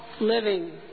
living